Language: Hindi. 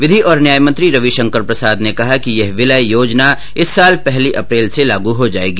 विधि और न्याय मंत्री रविशंकर प्रसाद ने कहा कि यह विलय योजना इस साल पहली अप्रैल से लागू हो जाएगी